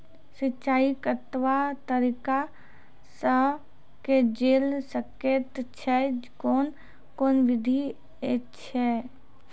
सिंचाई कतवा तरीका सअ के जेल सकैत छी, कून कून विधि ऐछि?